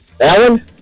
Alan